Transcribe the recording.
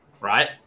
right